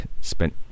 Spent